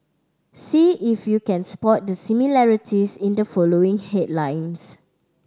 see if you can spot the similarities in the following headlines